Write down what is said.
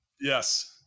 Yes